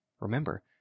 Remember